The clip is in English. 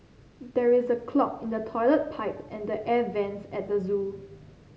there is a clog in the toilet pipe and the air vents at the zoo